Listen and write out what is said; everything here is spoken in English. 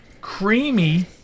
creamy